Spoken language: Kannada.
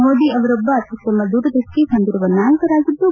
ಮೋದಿ ಅವರೊಬ್ಬ ಅತ್ಯುತ್ತಮ ದೂರದೃಷ್ಟಿ ಹೊಂದಿರುವ ನಾಯಕರಾಗಿದ್ದು